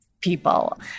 people